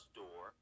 door